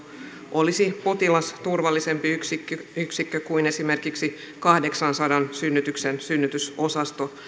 olisi potilasturvallisempi yksikkö yksikkö kuin esimerkiksi kahdeksansadan synnytyksen synnytysosasto